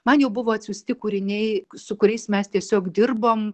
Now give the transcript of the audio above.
man jau buvo atsiųsti kūriniai su kuriais mes tiesiog dirbom